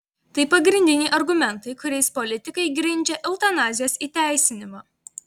tai pagrindiniai argumentai kuriais politikai grindžia eutanazijos įteisinimą